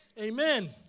Amen